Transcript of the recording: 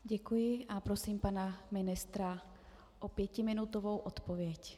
Děkuji a prosím pana ministra o pětiminutovou odpověď.